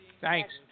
Thanks